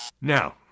Now